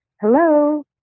hello